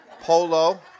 polo